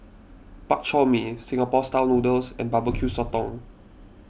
Bak Chor Mee Singapore Style Noodles and BBQ Sotong